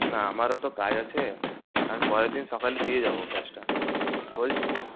না আমারও তো কাজ আছে আমি পরের দিন সকালে দিয়ে যাব গ্যাসটা বলছি তো